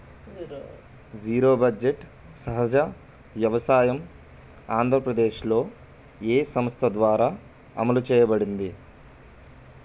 Zero budget సహజ వ్యవసాయం ఆంధ్రప్రదేశ్లో, ఏ సంస్థ ద్వారా అమలు చేయబడింది?